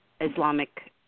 Islamic